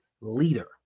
leader